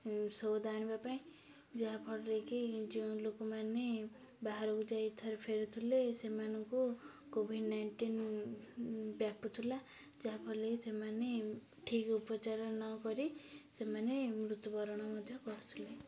ସଉଦା ଆଣିବା ପାଇଁ ଯାହାଫଳରେ କିି ଯେଉଁ ଲୋକମାନେ ବାହାରକୁ ଯାଇ ଥରେ ଫେରୁଥିଲେ ସେମାନଙ୍କୁ କୋଭିଡ଼ ନାଇଣ୍ଟିନ୍ ବ୍ୟାପୁ ଥିଲା ଯାହାଫଳରେ କିି ସେମାନେ ଠିକ୍ ଉପଚାର ନ କରି ସେମାନେ ମୃତ୍ୟୁବରଣ ମଧ୍ୟ କରୁଥିଲେ